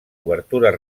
obertures